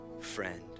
friend